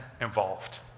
involved